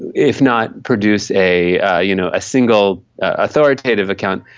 if not produce a ah you know ah single authoritative account,